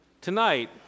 Tonight